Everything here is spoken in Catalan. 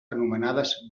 anomenades